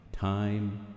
time